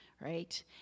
right